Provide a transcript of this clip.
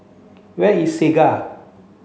where is Segar